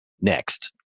next